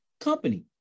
company